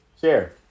Share